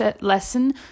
lesson